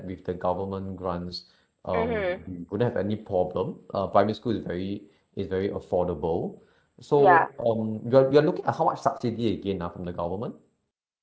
with the government grants um we wouldn't have any problem uh primary school is very is very affordable so um you're you're looking at how much subsidy again ah from the government